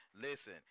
Listen